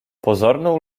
pozorną